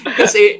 kasi